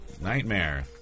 nightmare